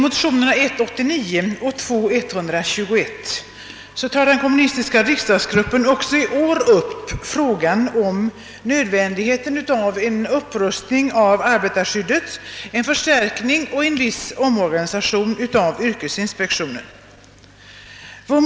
Herr talman! Den kommunistiska riksdagsgruppen har också i år tagit upp frågan om nödvändigheten av en upprustning av arbetarskyddet samt en förstärkning och en viss omorganisation av yrkesinspektionen. Det sker i de likalydande motionerna 1:89 och II: 121.